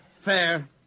Fair